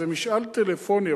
זה משאל טלפוני,